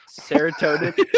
Serotonin